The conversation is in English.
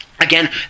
Again